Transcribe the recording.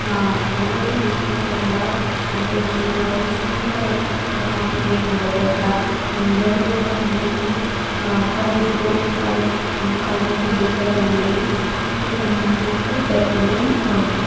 ಪೌಡರೆ ಬೇಕು ಅಂತ ಏನಿಲ್ಲ ಮನೇಲೆ ಹೇಗೆ ಮಾಡೋದು ಸಿಂಪಲ್ಲಾಗಿ ಚೆನ್ನಾಗಿ ಹೇಗೆ ಮಾಡೋದು ಅಂತ ನಾನು ಇವಾಗಲು ಕೂಡ ಮನೇಲಿ ಕಾಲೇಜ್ಗೆ ಓ ನಾನು ಕಾಲೇಜ್ಗೆ ಹೋಗ್ತಿನಿ ಕಾಲೇಜ್ಗೆ ಹೋಗ್ಬೇಕಾದರೆ ಮನೇಲಿ ಟಿಫನ್ ಮಾಡಿಟ್ಟು ಬರ್ತೀನಿ